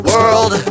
World